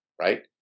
right